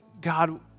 God